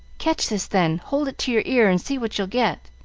catch this, then. hold it to your ear and see what you'll get.